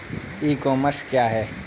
ई commerce क्या है?